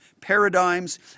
paradigms